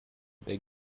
big